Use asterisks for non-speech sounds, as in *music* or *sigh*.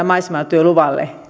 *unintelligible* maisematyöluvalle